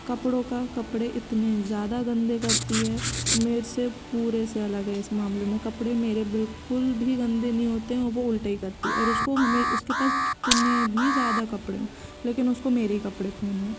कपड़ों का कपड़े इतने ज़्यादा गंदे करती है मेरे से पूरे से अलग है इस मामले में कपड़े मेरे बिल्कुल भी गंदे नहीं होते वो उल्टे ही करती है और उसको हमे उसके पास कितने भी ज़्यादा कपड़े हो लेकिन उसको मेरे ही कपड़े पहनने है